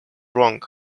wrong